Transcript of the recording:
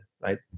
right